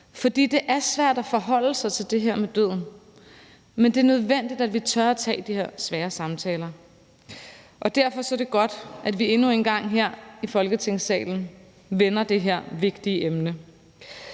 For det er svært at forholde sig til det her med døden, men det er nødvendigt, at vi tør tage de her svære samtaler. Derfor er det godt, at vi endnu en gang her i Folketingssalen vender det her vigtige emne,